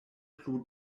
plu